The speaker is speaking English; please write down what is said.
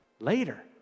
later